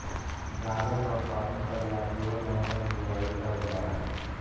गाजर का उत्पादन करे ला अक्टूबर नवंबर में बुवाई करल जा हई